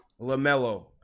LaMelo